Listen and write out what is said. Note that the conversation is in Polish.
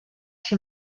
się